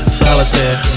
solitaire